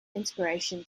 inspiration